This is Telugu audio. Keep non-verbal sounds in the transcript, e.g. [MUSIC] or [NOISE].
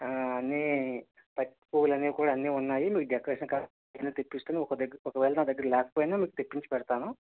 అన్నీ బంతి పువ్వులు అన్నీ కూడా ఉన్నాయి మీకు డెకరేషన్ [UNINTELLIGIBLE] తెప్పిస్తాను [UNINTELLIGIBLE] ఒకవేళ నా దగ్గిర లేకపోయినా మీకు తెప్పించి పెడతాను